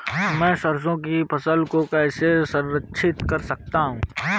मैं सरसों की फसल को कैसे संरक्षित कर सकता हूँ?